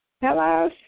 Hello